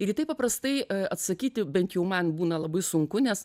ir į tai paprastai atsakyti bent jų man būna labai sunku nes